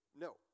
No